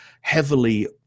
heavily